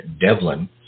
Devlin